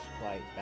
flight